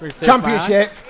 championship